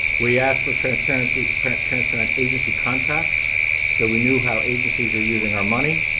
we asked for transparency print transparent agency contracts so we knew how agencies were using our money.